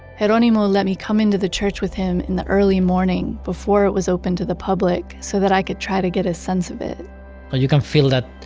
ah jeronimo let me come into the church with him in the early morning before it was open to the public so that i could try to get a sense of it you can feel that,